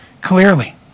clearly